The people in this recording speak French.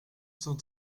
cent